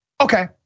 Okay